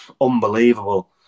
unbelievable